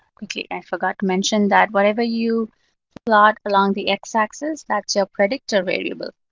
i forgot to mention that whatever you plot along the x-axis, that's your predictor variable,